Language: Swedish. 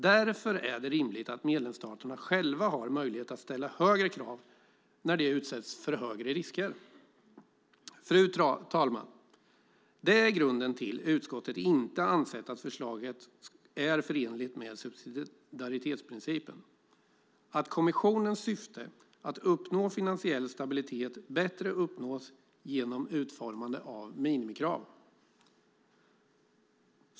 Därför är det rimligt att medlemsstaterna själva har möjlighet att ställa högre krav när de utsätts för högre risker. Fru talman! Det är grunden till att utskottet inte ansett att förslaget är förenligt med subsidiaritetsprincipen och att kommissionens syfte att uppnå finansiell stabilitet bättre uppnås genom utformande av minimikrav.